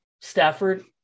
Stafford